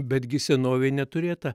betgi senovėj neturėta